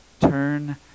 Turn